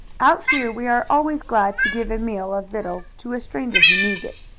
out here we are always glad to give a meal of victuals to a stranger who needs it.